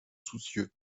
soucieux